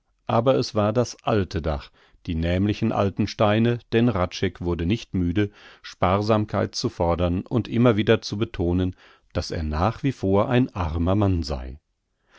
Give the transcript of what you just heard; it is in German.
aber es war das alte dach die nämlichen alten steine denn hradscheck wurde nicht müde sparsamkeit zu fordern und immer wieder zu betonen daß er nach wie vor ein armer mann sei